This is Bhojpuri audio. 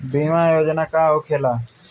बीमा योजना का होखे ला?